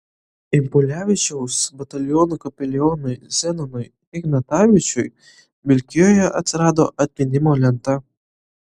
impulevičiaus batalionų kapelionui zenonui ignatavičiui vilkijoje atsirado atminimo lenta